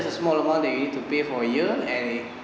just small amount that you need to pay for a year and